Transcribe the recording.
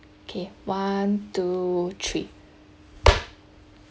okay one two three